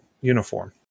uniform